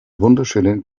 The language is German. wunderschönen